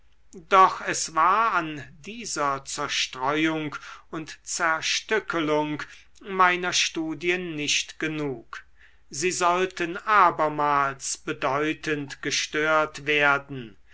doch es war an dieser zerstreuung und zerstückelung meiner studien nicht genug sie sollten abermals bedeutend gestört werden